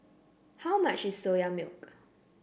how much is Soya Milk